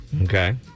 Okay